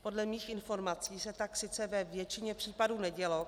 Podle mých informací se tak sice ve většině případů nedělo.